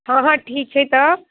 हँ हँ ठीक छै तब